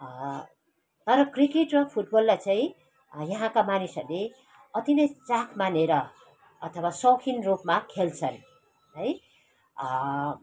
तर क्रिकेट र फुटबललाई चाहिँ यहाँका मानिसहरूले अति नै चाख मानेर अथवा सौखिन रूपमा खेल्छन् है